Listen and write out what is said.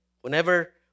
Whenever